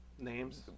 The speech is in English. Names